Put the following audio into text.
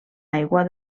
aigua